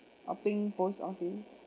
or pink post office